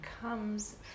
comes